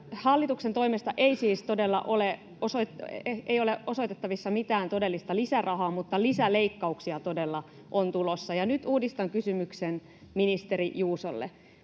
hallituksen toimesta ei siis ole osoitettavissa mitään todellista lisärahaa mutta lisäleikkauksia todella on tulossa, ja nyt uudistan kysymyksen ministeri Juusolle: